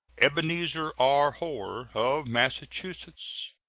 ebenezer r. hoar, of massachusetts.